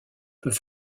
peut